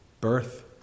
Birth